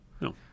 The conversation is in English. no